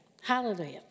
Hallelujah